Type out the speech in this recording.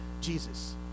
Jesus